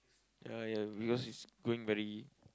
ya ya because it's going very